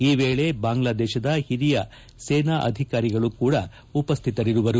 ಈ ವೇಳೆ ಬಾಂಗ್ಲಾದೇಶದ ಹಿರಿಯ ಸೇನಾ ಅಧಿಕಾರಿಗಳು ಕೂಡ ಉಪಸ್ಟಿತರಿರುವರು